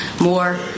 more